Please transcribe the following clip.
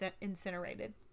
incinerated